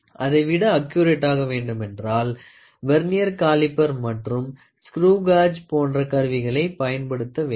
அதைவிட அக்கூரட்டாக வேண்டுமென்றால் வெர்னியர் காலிப்பர் மற்றும் ஸ்குரு காஜ் போன்ற கருவிகளை பயன்படுத்த வேண்டும்